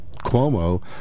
Cuomo